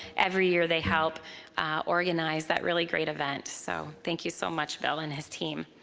every year, they help organize that really great event. so thank you so much, bill and his team.